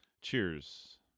Cheers